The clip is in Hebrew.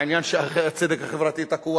העניין של הצדק החברתי תקוע,